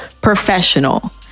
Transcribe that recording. professional